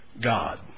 God